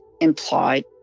implied